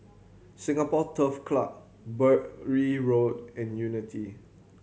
Singapore Turf Club Bury Road and Unity